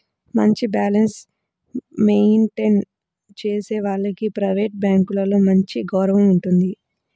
మంచి balance maintain చేసే వాళ్లకు ప్రైవేట్ బ్యాంకులలో మంచి గౌరవం ఉంటుంది